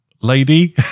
Lady